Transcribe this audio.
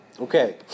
Okay